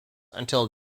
until